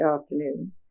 afternoon